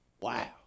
Wow